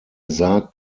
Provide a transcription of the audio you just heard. sarg